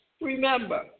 remember